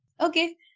Okay